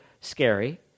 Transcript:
scary